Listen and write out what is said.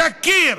תכיר: